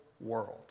world